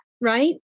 Right